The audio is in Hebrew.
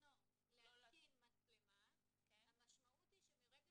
מרצונו להתקין מצלמה המשמעות היא שמרגע